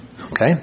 Okay